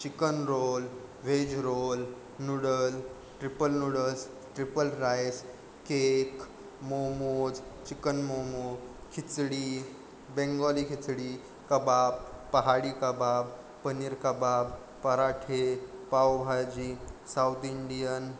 chicken roll veg roll noodle triple noodles triple rice cake momos chicken momo khichdi Bengali khichdi kebab Pahadi kebab paneer kebab parathe pav bhaji south Indian